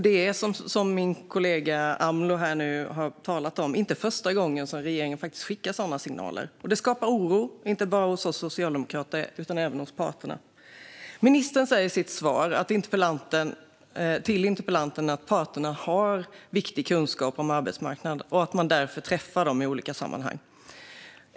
Det är, som min kollega Sofia Amloh nu har talat om, inte första gången regeringen skickar sådana signaler. Det skapar oro, inte bara hos oss socialdemokrater utan även hos parterna. Ministern säger i sitt svar till interpellanten att parterna har viktig kunskap om arbetsmarknaden och att man därför träffar dem i olika sammanhang.